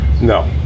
No